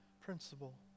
principle